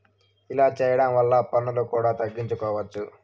ఇలా చేయడం వల్ల పన్నులు కూడా తగ్గించుకోవచ్చు